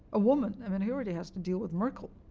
a woman i mean, he already has to deal with merkel.